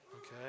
okay